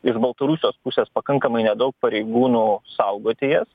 iš baltarusijos pusės pakankamai nedaug pareigūnų saugoti jas